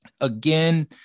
again